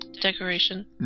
decoration